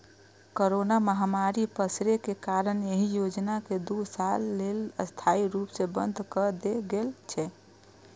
corona महामारी पसरै के कारण एहि योजना कें दू साल लेल अस्थायी रूप सं बंद कए देल गेल छै